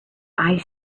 eyes